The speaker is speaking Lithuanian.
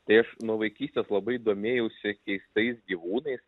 tai aš nuo vaikystės labai domėjausi keistais gyvūnais